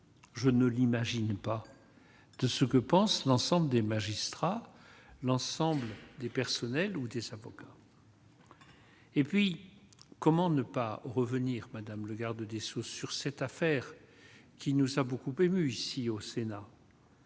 je ne l'imagine pas de ce que pensent l'ensemble des magistrats, l'ensemble des personnels ou des avocats. Et puis comment ne pas revenir Madame le Garde des Sceaux sur cette affaire qui nous a beaucoup émues ici au Sénat.